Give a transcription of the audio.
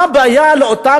מה הבעיה לאפשר לאותם